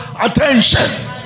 attention